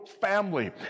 family